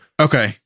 Okay